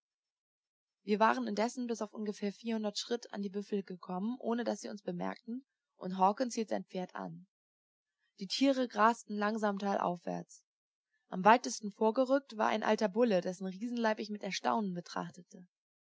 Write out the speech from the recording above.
wir waren indessen bis auf ungefähr vierhundert schritt an die büffel gekommen ohne daß sie uns bemerkten und hawkens hielt sein pferd an die tiere grasten langsam talaufwärts am weitesten vorgerückt war ein alter bulle dessen riesenleib ich mit erstaunen betrachtete